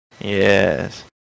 Yes